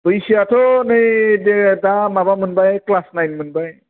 बैसोआथ' नै दा माबा मोनबाय क्लास नाइन मोनबाय